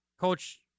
Coach